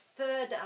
third